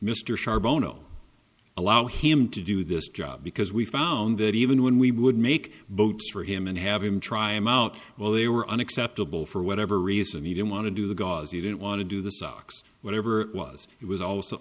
mr shar bono allow him to do this job because we found that even when we would make boats for him and have him try him out well they were unacceptable for whatever reason he didn't want to do the gauzy didn't want to do the socks whatever it was it was also